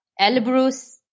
Elbrus